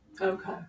Okay